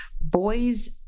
boys